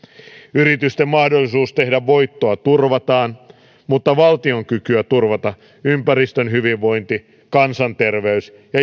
yritysten mahdollisuus tehdä voittoa turvataan mutta valtion kykyä turvata ympäristön hyvinvointi kansanterveys ja